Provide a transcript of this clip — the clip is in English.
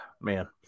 Man